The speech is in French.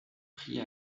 prit